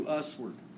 usward